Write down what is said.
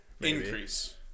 increase